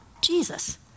Jesus